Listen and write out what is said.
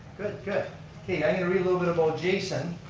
yeah a and little bit about jason.